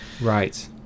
Right